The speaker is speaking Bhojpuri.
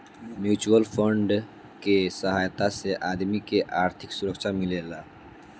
म्यूच्यूअल फंड के सहायता से आदमी के आर्थिक सुरक्षा मिलेला